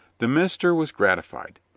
the minister was gratified.